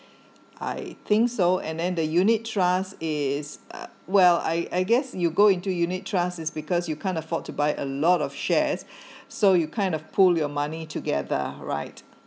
I think so and then the unit trust is uh well I I guess you go into unit trust is because you can't afford to buy a lot of shares so you kind of pull your money together right